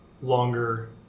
longer